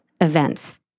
events